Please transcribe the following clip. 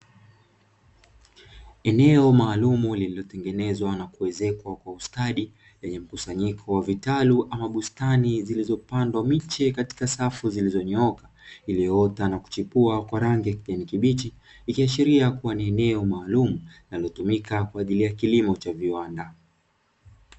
Eneo maalumu lililotengenezwa na kuezekwa kwa ustadi, lenye mkusanyiko wa vitalu ama bustani zilizopandwa miche katika safu zilizonyooka, iliyoota na kuchipua kwa rangi ya kijani kibichi. Ikiashiria kuwa ni eneo maalumu linalotumika kwa ajili ya kilimo cha viwanda.